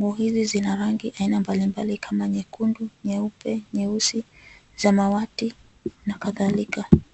Nguo hizi zina rangi aina mbalimbali kama nyekundu, nyeupe, nyeusi ,samawati na kadhalika.